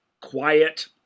quiet